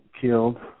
killed